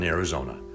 Arizona